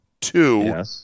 Two